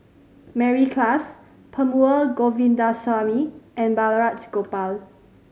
Mary Klass Perumal Govindaswamy and Balraj Gopal